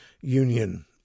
Union